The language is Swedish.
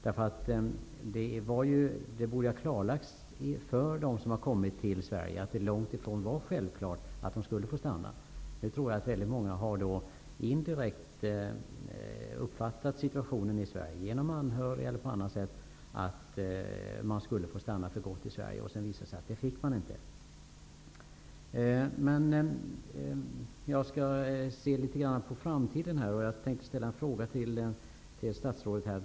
Det borde ha klargjorts att det är långt ifrån självklart att man får stanna i Sverige. Väldigt många har nog indirekt uppfattat situationen så, genom anhöriga eller på annat sätt, att de skulle få stanna för gott. Sedan visade det sig att man inte fick det.